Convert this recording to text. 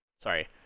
sorry